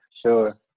Sure